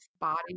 body